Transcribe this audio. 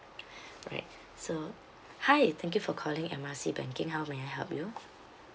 alright so hi thank you for calling M R C banking how may I help you